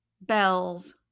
bells